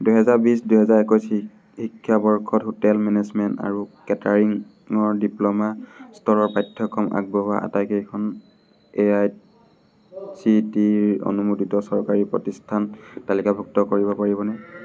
দুহেজাৰ বিছ দুহেজাৰ একৈছ শিক্ষাবৰ্ষত হোটেল মেনেজমেণ্ট আৰু কেটাৰিং ৰ ডিপ্ল'মা স্তৰৰ পাঠ্যক্ৰম আগবঢ়োৱা আটাইকেইখন A I C T E অনুমোদিত চৰকাৰী প্ৰতিষ্ঠান তালিকাভুক্ত কৰিব পাৰিবনে